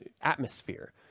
atmosphere